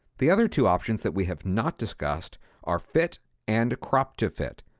the other two options that we have not discussed are fit and crop to fit.